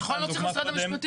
נכון, לא צריך משרד המשפטים.